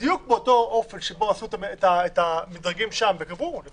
בדיוק באותו אופן שבו עשו את המדרגים בחוק התכנון והבנייה,